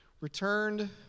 returned